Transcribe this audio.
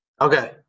Okay